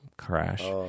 Crash